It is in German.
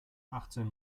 achtzehn